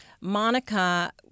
Monica